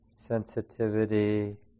sensitivity